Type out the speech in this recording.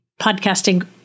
podcasting